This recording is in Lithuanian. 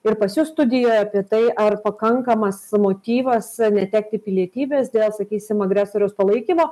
ir pas jus studijoje apie tai ar pakankamas motyvas netekti pilietybės dėl sakysim agresoriaus palaikymo